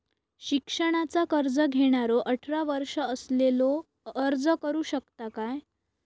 शिक्षणाचा कर्ज घेणारो अठरा वर्ष असलेलो अर्ज करू शकता काय?